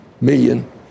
million